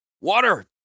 Water